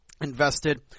Invested